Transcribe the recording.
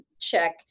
check